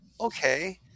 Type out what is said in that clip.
okay